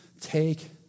Take